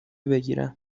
بگیرم